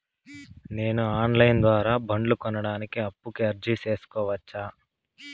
నేను online ద్వారా బండ్లు కొనడానికి అప్పుకి అర్జీ సేసుకోవచ్చా?